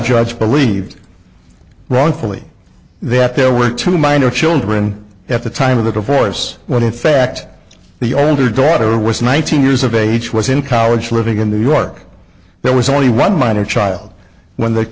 judge believed wrongfully that there were two minor children at the time of the voice when in fact the only her daughter was nineteen years of age was in college living in new york there was only one minor child when the